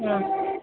ହଁ